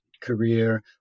career